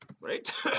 right